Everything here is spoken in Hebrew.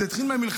זה התחיל מהמלחמה,